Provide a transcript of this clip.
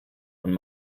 und